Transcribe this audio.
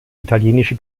italienische